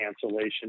cancellation